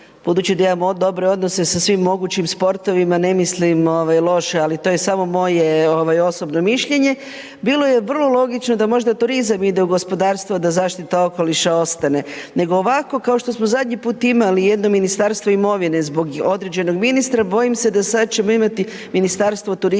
budući da imamo dobre odnose sa svim mogućim sportovima, ne mislim loše ali to je samo moje osobno mišljenje, bilo je vrlo logično da možda turizam ide u gospodarstvo a da zaštita okoliša ostane nego ovako kao što smo zadnji put imali jedno ministarstvo imovine zbog određenog ministra, bojim se da sad ćemo imati Ministarstvo turizma